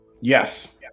Yes